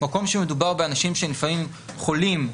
מקום שמדובר בו באנשים שלפעמים חולים,